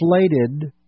inflated